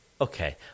Okay